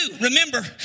remember